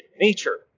nature